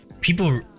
people